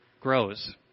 grows